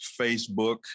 Facebook